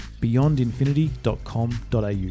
beyondinfinity.com.au